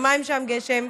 יומיים שם גשם.